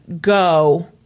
go